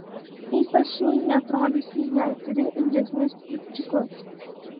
ypač šauniai atrodysi jei turi ilgesnius kirpčiukus